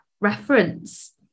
Reference